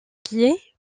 guillet